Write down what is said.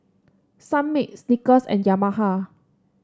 Sunmaid Snickers and Yamaha